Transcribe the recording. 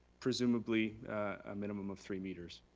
presumably a minimum of three meters.